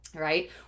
right